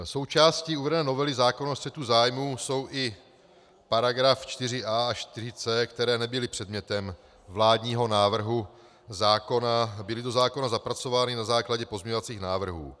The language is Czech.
Součástí uvedené novely zákona o střetu zájmů jsou i § 4a až 4c, které nebyly předmětem vládního návrhu zákona, byly do zákona zapracovány na základě pozměňovacích návrhů.